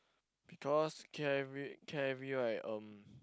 because K_I_V K_I_V right um